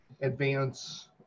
advance